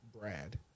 Brad